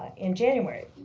in january.